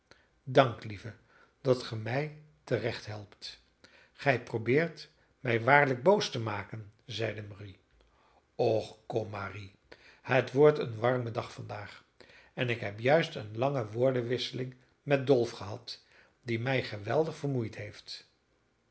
dank lieve dat ge mij te recht helpt gij probeert mij waarlijk boos te maken zeide marie och kom marie het wordt een warme dag vandaag en ik heb juist eene lange woordenwisseling met dolf gehad die mij geweldig vermoeid heeft